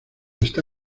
está